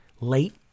late